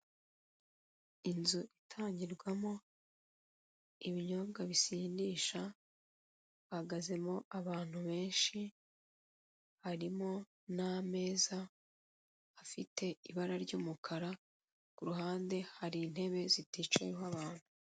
Inzu itangirwamo ibinyobwa bisindisha, hahagazemo abantu benshi, harimo n'ameza afite ibara ry'umukara, ku ruhande hari intebe ziticayeho abantu.